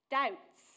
doubts